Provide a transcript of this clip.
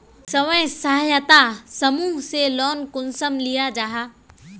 स्वयं सहायता समूह से लोन कुंसम लिया जाहा?